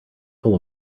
full